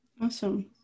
awesome